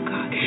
God